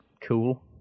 cool